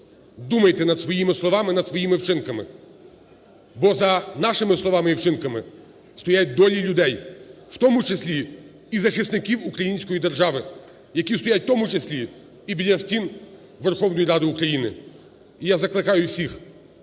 думайте над своїми словами, над своїми вчинками, бо за нашими словами і вчинками стоять долі людей, в тому числі і захисників української держави, які стоять, в тому числі і біля стін Верховної Ради України. Я закликаю всіх,